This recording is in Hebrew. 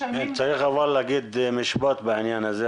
צריך להגיד משפט בעניין הזה.